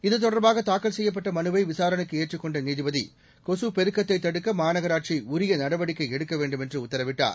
இத்தொடர்பாக தாக்கல் செய்யப்பட்ட மனுவை விசாரணைக்கு ஏற்றுக் கொண்ட நீதிபதி கொக பெருக்கத்தை தடுக்க மாநகராட்சி உரிய நடவடிக்கை எடுக்க வேண்டுமென்று உத்தரவிட்டார்